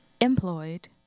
employed